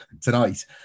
tonight